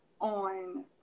on